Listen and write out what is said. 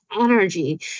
energy